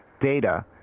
data